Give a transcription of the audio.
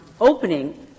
opening